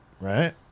right